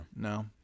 no